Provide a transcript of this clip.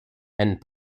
and